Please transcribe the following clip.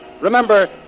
Remember